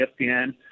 ESPN